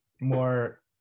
more